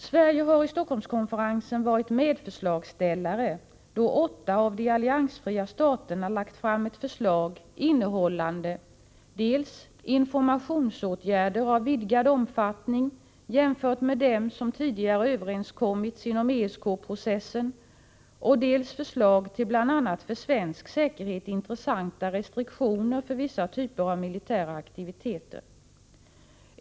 Sverige har vid Stockholmskonferensen varit medförslagsställare då åtta av de alliansfria staterna lagt fram ett förslag, innehållande dels informationsåtgärder av vidgad omfattning jämförda med dem som det tidigare överenskommits om inom ESK-processen, dels förslag till bl.a. för svensk säkerhet intressanta restriktioner för vissa typer av militära aktiviteter.